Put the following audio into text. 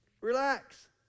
Relax